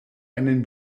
einen